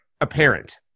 apparent